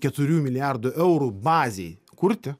keturių milijardų eurų bazei kurti